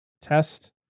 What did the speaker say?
test